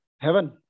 heaven